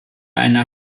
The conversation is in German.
einer